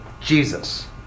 Jesus